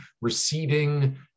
receding